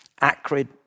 Acrid